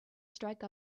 strike